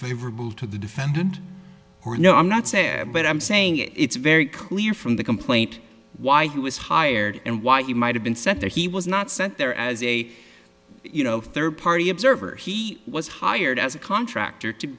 favorable to the defendant or no i'm not saying but i'm saying it it's very clear from the complaint why he was hired and why he might have been sent there he was not sent there as a you know third party observer he was hired as a contractor to